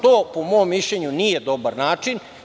To po mom mišljenju nije dobar način.